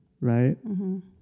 right